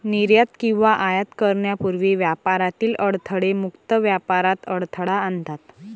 निर्यात किंवा आयात करण्यापूर्वी व्यापारातील अडथळे मुक्त व्यापारात अडथळा आणतात